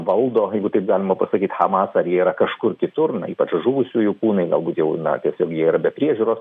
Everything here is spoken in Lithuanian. valdo jeigu taip galima pasakyt hamas ar jie yra kažkur kitur na ypač žuvusiųjų kūnai galbūt na jau tiesiog jie yra be priežiūros